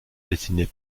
destinait